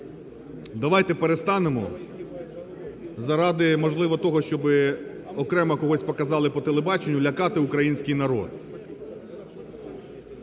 Давайте перестанемо заради, можливо, того, щоб окремо когось показали по телебаченню, лякати український народ.